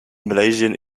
malaysian